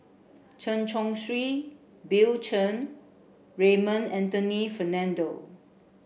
Chen Chong Swee Bill Chen Raymond Anthony Fernando